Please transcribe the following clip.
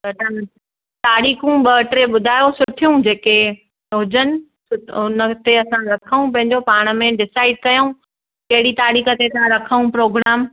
कढऊं तारीख़ूं ॿ टे ॿुधायो सुठियूं जेके हुजनि हुन ते असां रखऊं पंहिंजो पाण में डिसाइड कयऊं कहिड़ी तारीख़ ते था रखऊं प्रोग्राम